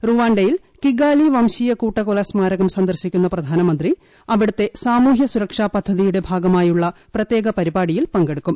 റുവാണ്ടയിൽ Kigali വംശീയ കൂട്ടക്കൊല സ്മാരകം സന്ദർശിക്കുന്ന പ്രധാനമന്ത്രി അവിടത്തെ സാമൂഹൃ സുരക്ഷ പദ്ധതിയുടെ ഭാഗമായുള്ള പ്രത്യേക പരിപാടിയിൽ പങ്കെടുക്കും